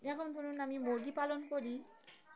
এরকম ধরুন আমি মুরগি পালন করি